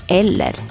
eller